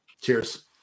Cheers